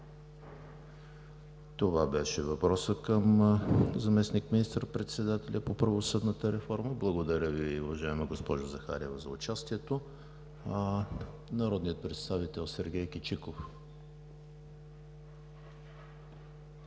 Това беше въпросът към заместник министър-председателя по правосъдната реформа. Благодаря Ви, уважаема госпожо Захариева, за участието. Народният представител Сергей Кичиков